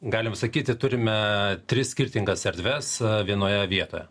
galim sakyti turime tris skirtingas erdves vienoje vietoje